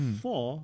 four